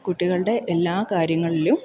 കുട്ടികളുടെ എല്ലാ കാര്യങ്ങളിലും